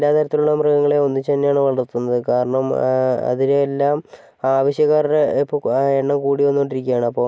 എല്ലാ തരത്തിലുള്ള മൃഗങ്ങളെയും ഒന്നിച്ചുതന്നെയാണ് വളർത്തുന്നത് കാരണം അതിനെയെല്ലാം ആവശ്യക്കാരുടെ ഇപ്പോൾ എണ്ണം കൂടി വന്നോണ്ടിരിക്കുവാണ് അപ്പോൾ